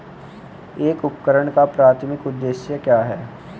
एक उपकरण का प्राथमिक उद्देश्य क्या है?